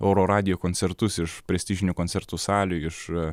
oro radijo koncertus iš prestižinių koncertų salių iš